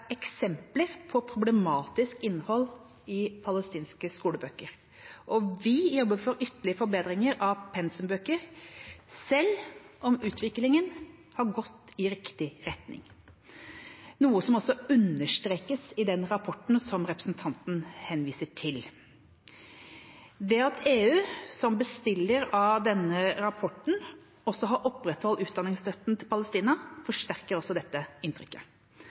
eksempler på problematisk innhold i palestinske skolebøker, og vi jobber for ytterligere forbedringer av pensumbøker selv om utviklingen har gått i riktig retning, noe som også understrekes i den rapporten som representanten henviser til. Det at EU, som bestiller av denne rapporten, også har opprettholdt utdanningsstøtten til Palestina, forsterker også dette inntrykket.